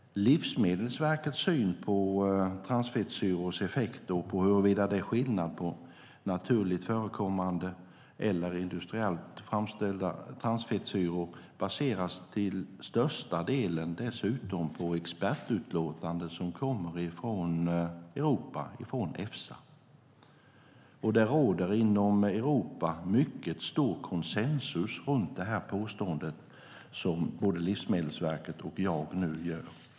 Livsmedelsverkets syn på transfettsyrors effekt och huruvida det är skillnad på naturligt förekommande och industriellt framställda transfettsyror baseras till största delen dessutom på ett expertutlåtande som kommer från Europa, från Efsa. Det råder inom Europa mycket stor konsensus runt detta påstående som både Livsmedelsverket och jag nu gör.